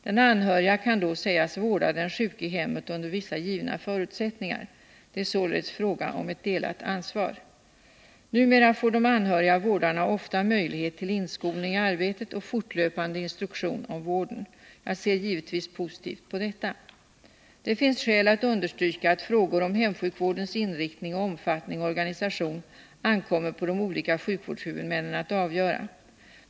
Den anhörige kan då sägas | vårda den sjuke i hemmet under vissa givna förutsättningar. Det är således fråga om ett delat ansvar. Numera får de anhöriga vårdarna ofta möjlighet till inskolning i arbetet | och fortlöpande instruktion om vården. Jag ser givetvis positivt på detta. Det finns skäl att understryka att frågor om hemsjukvårdens inriktning, | omfattning och organisation ankommer på de olika sjukvårdshuvudmännen att avgöra.